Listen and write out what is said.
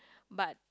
but